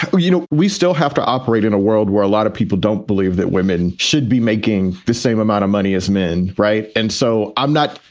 ah you know, we still have to operate in a world where a lot of people don't believe that women should be making the same amount of money as men. right. and so i'm not.